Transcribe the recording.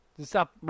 Stop